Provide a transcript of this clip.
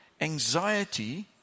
anxiety